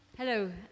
Hello